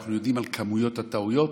ואנחנו יודעים על כמויות הטעויות,